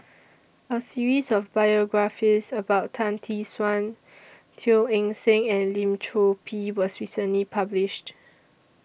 A series of biographies about Tan Tee Suan Teo Eng Seng and Lim Chor Pee was recently published